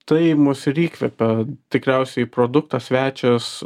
tai mus ir įkvepia tikriausiai produktas svečias